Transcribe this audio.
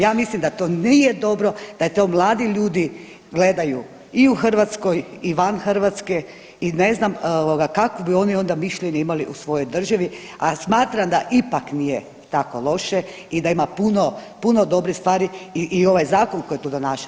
Ja mislim da to nije dobro, da to mladi ljudi gledaju i u Hrvatskoj i van Hrvatske i ne znam ovoga kakvo bi oni onda mišljenje imali o svojoj državi, a smatram da ipak nije tako loše i da ima puno, puno dobrih stvari i ovaj zakon koji tu donaša.